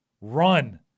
Run